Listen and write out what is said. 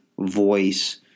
voice